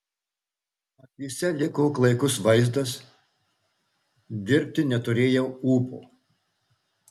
akyse liko klaikus vaizdas dirbti neturėjau ūpo